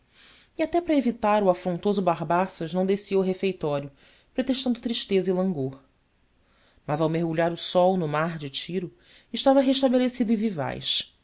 e até para evitar o afrontoso barbaças não desci ao refeitório pretextando tristeza e langor mas ao mergulhar o sol no mar de tiro estava restabelecido e vivaz